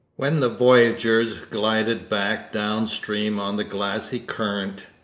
when the voyageurs glided back down-stream on the glassy current,